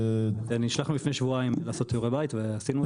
נשלחנו לפני שבועיים לעשות שיעורי בית ועשינו אותם.